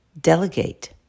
Delegate